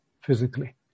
physically